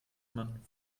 man